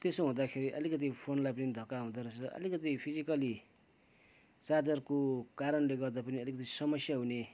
त्यसो हुँदाखेरि अलिकति फोनलाई पनि धक्का हुँदो रहेछ अलिकति फिजिकल्ली चार्जरको कारण गर्दा पनि अलिकति समस्या हुने